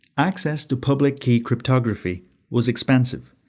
access to public key cryptography was expensive,